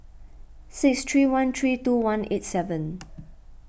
six three one three two one eight seven